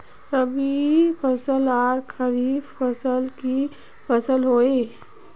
रवि फसल आर खरीफ फसल की फसल होय?